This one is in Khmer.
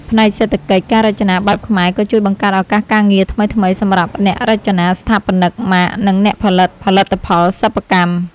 ផ្នែកសេដ្ឋកិច្ច ការរចនាបែបខ្មែរក៏ជួយបង្កើតឱកាសការងារថ្មីៗ សម្រាប់អ្នករចនា ស្ថាបនិកម៉ាក និងអ្នកផលិតផលិតផលសិប្បកម្ម។